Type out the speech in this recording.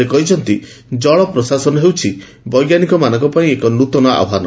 ସେ କହିଛନ୍ତି କଳ ପ୍ରଶାସନ ହେଉଛି ବୈଜ୍ଞାନିକମାନଙ୍କ ପାଇଁ ଏକ ନୂତନ ଆହ୍ପାନ